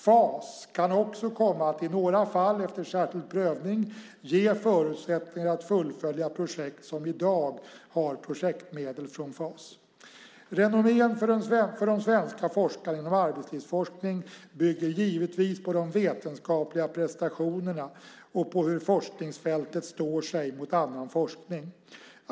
FAS kan också komma att i några fall, efter särskild prövning, ge förutsättningar att fullfölja projekt som i dag har projektmedel från FAS. Renomméet för de svenska forskarna inom arbetslivsforskning bygger givetvis på de vetenskapliga prestationerna och på hur forskningsfältet står sig mot annan forskning.